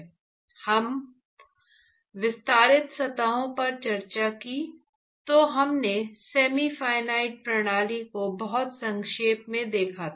जब हमने विस्तारित सतहों पर चर्चा की तो हमने सेमी फिनिट प्रणाली को बहुत संक्षेप में देखा था